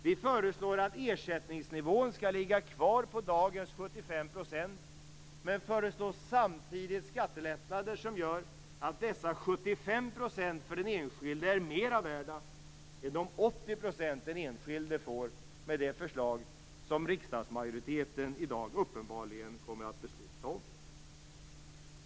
Vi föreslår att ersättningsnivån skall ligga kvar på dagens 75 % men föreslår samtidigt skattelättnader som gör att dessa 75 % för den enskilde är mera värda än de 80 % den enskilde får med det förslag som riksdagsmajoriteten i dag uppenbarligen kommer att besluta om.